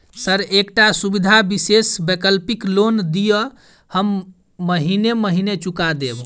Sir एकटा सुविधा विशेष वैकल्पिक लोन दिऽ हम महीने महीने चुका देब?